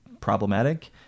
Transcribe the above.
problematic